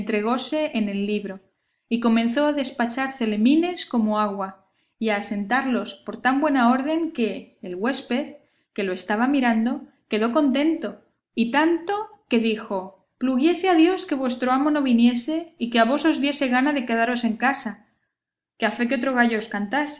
en el libro y comenzó a despachar celemines como agua y a asentarlos por tan buena orden que el huésped que lo estaba mirando quedó contento y tanto que dijo pluguiese a dios que vuestro amo no viniese y que a vos os diese gana de quedaros en casa que a